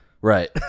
right